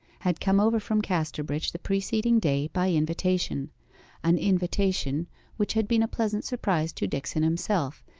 had come over from casterbridge the preceding day by invitation an invitation which had been a pleasant surprise to dickson himself,